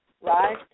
right